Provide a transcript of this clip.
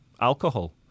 alcohol